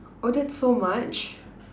oh that's so much